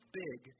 big